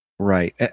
Right